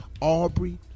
Aubrey